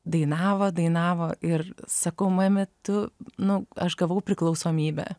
dainavo dainavo ir sakau mami tu nu aš gavau priklausomybę